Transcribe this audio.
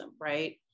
right